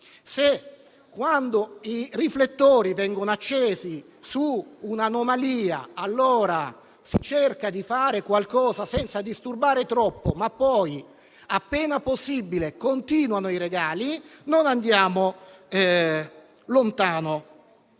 Se quando i riflettori vengono accesi su un'anomalia si cerca di fare qualcosa senza disturbare troppo, ma poi, appena possibile, continuano i regali, non andiamo lontano.